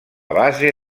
base